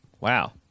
Wow